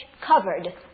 covered